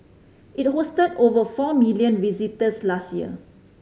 it hosted over four million visitors last year